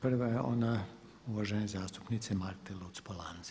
Prva je ona uvažene zastupnice Marte Luc-Polanc.